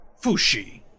Fushi